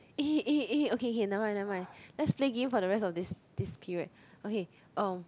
eh eh eh okay okay never mind never mind let's play game for the rest of this this period okay um